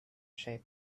shape